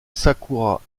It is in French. sakura